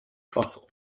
fossil